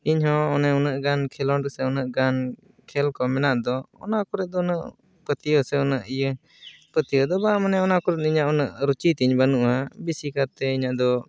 ᱤᱧᱦᱚᱸ ᱚᱱᱮ ᱩᱱᱟᱹᱜ ᱜᱟᱱ ᱠᱷᱮᱞᱳᱰ ᱥᱮ ᱩᱱᱟᱹᱜ ᱜᱟᱱ ᱠᱷᱮᱞ ᱠᱚ ᱢᱮᱱᱟᱜ ᱫᱚ ᱚᱱᱟ ᱠᱚᱨᱮᱫ ᱫᱚ ᱩᱱᱟᱹᱜ ᱯᱟᱹᱛᱭᱟᱹᱣ ᱥᱮ ᱩᱱᱟᱹᱜ ᱤᱭᱟᱹ ᱥᱮ ᱯᱟᱹᱛᱭᱹᱟᱣ ᱫᱚ ᱵᱟᱝ ᱢᱟᱱᱮ ᱚᱱᱟᱠᱚᱨᱮ ᱤᱧᱟᱹᱜ ᱩᱱᱟᱹᱜ ᱨᱩᱪᱤᱛᱤᱧ ᱵᱟᱱᱩᱜᱼᱟ ᱵᱮᱥᱤ ᱠᱟᱨᱛᱮ ᱤᱧᱟᱹᱜ ᱫᱚ